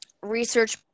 research